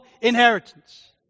inheritance